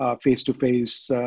face-to-face